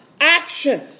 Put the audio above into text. action